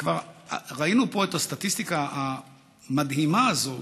וכבר ראינו פה את הסטטיסטיקה המדהימה הזאת,